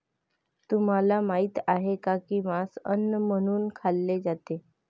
तुम्हाला माहित आहे का की मांस अन्न म्हणून खाल्ले जाते?